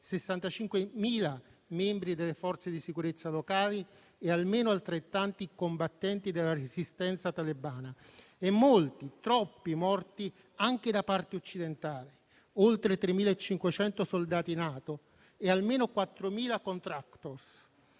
65.000 membri delle forze di sicurezza locali e almeno altrettanti combattenti della resistenza talebana. Molti, troppi sono stati i morti anche da parte occidentale: oltre 3.500 soldati della NATO e almeno 4.000 *contractor*.